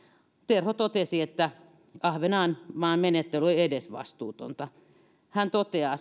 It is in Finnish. terho totesi että ahvenanmaan menettely oli edesvastuutonta hän toteaa